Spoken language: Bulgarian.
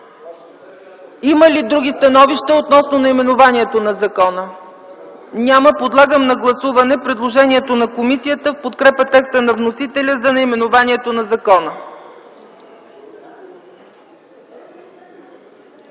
Има ли други становища относно наименованието на закона? Няма. Подлагам на гласуване предложението на комисията в подкрепа текста на вносителя за наименованието на закона.